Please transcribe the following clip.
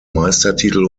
meistertitel